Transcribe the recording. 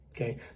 Okay